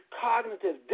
cognitive